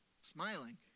smiling